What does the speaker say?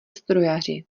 strojaři